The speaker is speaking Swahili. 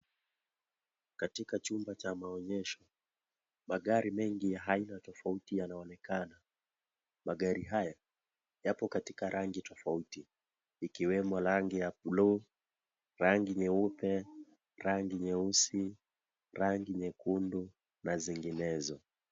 Katika chumba cha maonyesho, magari mengi ya aina tofauti yanaonekana. Magari haya, yapo katika rangi tofauti. Ikiwemo rangi ya blue , rangi nyeupe, rangi nyeusi, rangi nyekundu, na zinginezo.